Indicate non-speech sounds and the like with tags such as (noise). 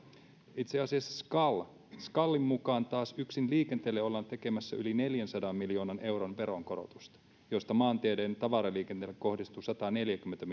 itse asiassa skalin skalin mukaan taas yksin liikenteelle ollaan tekemässä yli neljänsadan miljoonan euron veronkorotusta josta maanteiden tavaraliikenteelle kohdistuu sataneljäkymmentä (unintelligible)